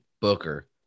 Booker